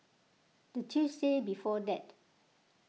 the Tuesday before that